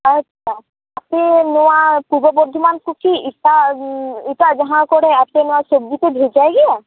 ᱟᱪᱪᱷᱟ ᱟᱯᱮ ᱱᱚᱣᱟ ᱯᱩᱨᱵᱚ ᱵᱚᱨᱫᱷᱚᱢᱟᱱ ᱠᱚ ᱠᱤ ᱮᱴᱟᱜ ᱮᱴᱟᱜ ᱡᱟᱦᱟᱸ ᱠᱚᱨᱮ ᱟᱯᱮ ᱱᱚᱣᱟ ᱥᱚᱵᱽᱡᱤ ᱯᱮ ᱵᱷᱟᱡᱟᱭ ᱜᱮᱭᱟ